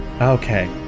okay